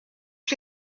que